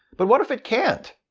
but what if it can't?